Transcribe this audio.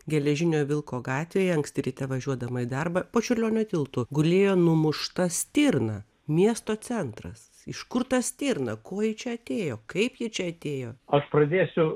geležinio vilko gatvėje anksti ryte važiuodama į darbą po čiurlionio tiltu gulėjo numušta stirna miesto centras iš kur ta stirna ko ji čia atėjo kaip ji čia atėjo aš pradėsiu